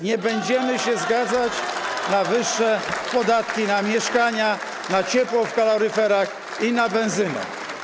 Nie będziemy się zgadzać na wyższe podatki na mieszkania, na ciepło w kaloryferach i na benzynę.